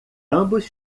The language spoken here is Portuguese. ambos